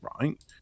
right